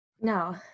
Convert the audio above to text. no